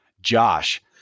Josh